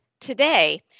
today